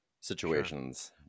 situations